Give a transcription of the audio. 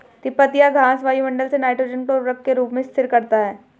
तिपतिया घास वायुमंडल से नाइट्रोजन को उर्वरक के रूप में स्थिर करता है